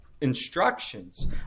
instructions